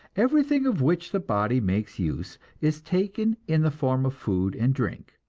everything of which the body makes use is taken in the form of food and drink,